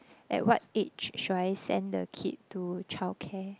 at what age should I send the kid to childcare